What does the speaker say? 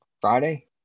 Friday